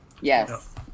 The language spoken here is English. Yes